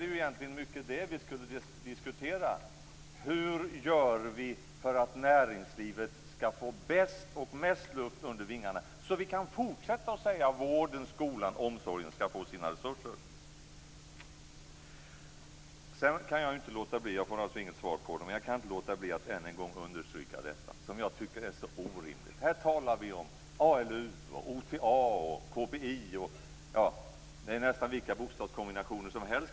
Vad vi egentligen borde diskutera är då hur vi gör för att näringslivet bäst och mest skall få luft under vingarna, så att vi kan fortsätta att säga att vården, skolan och omsorgen skall få sina resurser. Jag får inget svar, men jag kan ändå inte låta bli att än en gång understryka något som jag tycker är orimligt. Vi talar här om ALU, OTA och KPI - ja, man kan dänga till med nästan vilka bokstavskombinationer som helst.